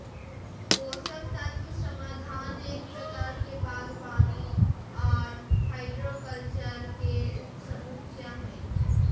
पोषक तत्व समाधान एक प्रकार के बागवानी आर हाइड्रोकल्चर के उपसमुच्या हई,